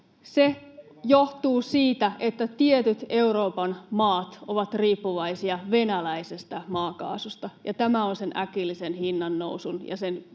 se johtuu siitä, että tietyt Euroopan maat ovat riippuvaisia venäläisestä maakaasusta — tämä on sen äkillisen hinnannousun ja sen